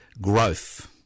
growth